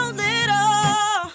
little